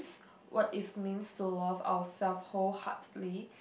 what it means to love ourself wholeheartedly